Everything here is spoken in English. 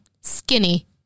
skinny